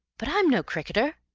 but i'm no cricketer!